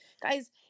guys